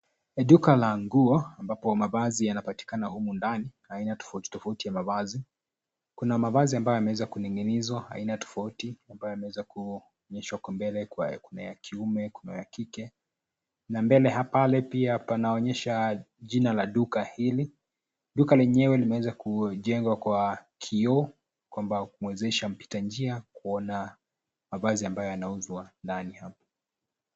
Duka la nguo ambapo mavazi yanapatikana humu ndani aina tofauti tofauti ya mavazi. Kuna mavazi ambayo yanameweza kuning'inizwa aina tofauti ambayo yameweza kuonyeshwa kwa mbele. Kuna ya kiume ,kuna ya kike na mbele pale pia panaonyesha jina la duka hili, duka lenyewe limeweza kujengwa kwa kioo kwa kuwezesha mpita njia kuona mavazi ambayo yanauzwa ndani hapa.